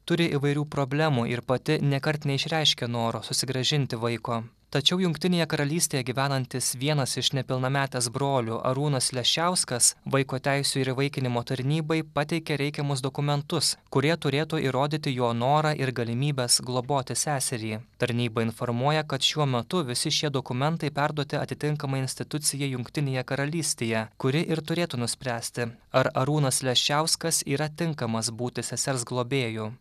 turi įvairių problemų ir pati nekart neišreiškė noro susigrąžinti vaiko tačiau jungtinėje karalystėje gyvenantis vienas iš nepilnametės brolių arūnas leščiauskas vaiko teisių ir įvaikinimo tarnybai pateikė reikiamus dokumentus kurie turėtų įrodyti jo norą ir galimybes globoti seserį tarnyba informuoja kad šiuo metu visi šie dokumentai perduoti atitinkamai institucijai jungtinėje karalystėje kuri ir turėtų nuspręsti ar arūnas leščiauskas yra tinkamas būti sesers globėju